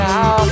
Now